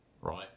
right